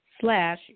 slash